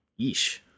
Yeesh